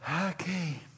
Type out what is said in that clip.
okay